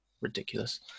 ridiculous